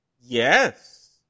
Yes